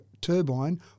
turbine